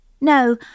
No